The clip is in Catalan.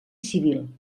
civil